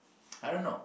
I don't know